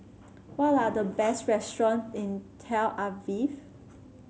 what are the best restaurant in Tel Aviv